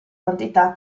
quantità